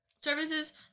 services